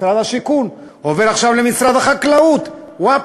משרד השיכון, עובר עכשיו למשרד החקלאות, וואפ,